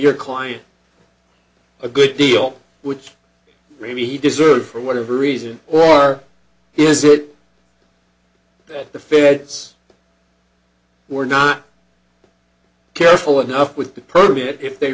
your client a good deal which maybe he deserved for whatever reason or is it that the feds were not careful enough with the pervy if they